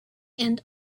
and